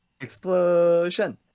Explosion